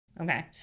Okay